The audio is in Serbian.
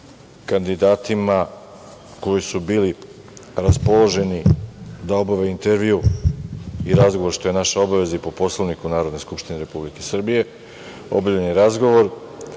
kandidatima koji su bili raspoloženi da obave intervjuu i razgovor, što je naša obaveza i po Poslovniku Narodne skupštine Republike Srbije. Obavljen je razgovor